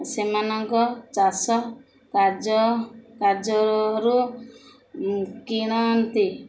ସେମାନଙ୍କ ଚାଷ କାର୍ଯ୍ୟ କାର୍ଯ୍ୟରୁ କିଣନ୍ତି